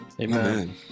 Amen